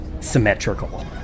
symmetrical